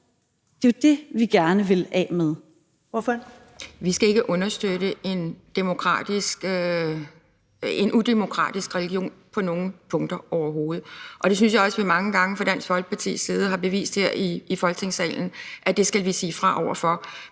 Kl. 10:52 Pia Kjærsgaard (DF): Vi skal ikke understøtte en udemokratisk religion på nogen punkter overhovedet, og det synes jeg også vi mange gange fra Dansk Folkepartis side har bevist her i Folketingssalen, altså at vi skal sige fra over for